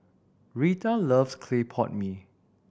Retha loves clay pot mee